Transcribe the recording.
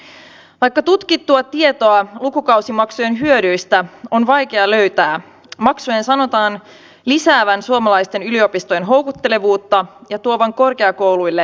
vaikka tutkittua tietoa lukukausimaksujen hyödyistä on vaikea löytää maksujen sanotaan lisäävän suomalaisten yliopistojen houkuttelevuutta ja tuovan korkeakouluille lisärahoitusta